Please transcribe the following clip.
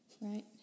Right